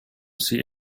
see